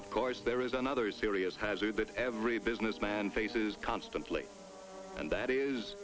of course there is another serious hazard that every business man faces constantly and that is